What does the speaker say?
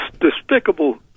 despicable